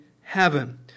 heaven